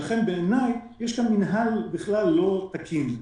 יש כאן מינהל לא תקין,